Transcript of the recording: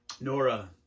nora